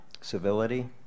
Civility